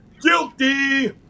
Guilty